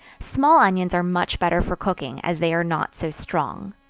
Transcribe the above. small onions are much better for cooking, as they are not so strong.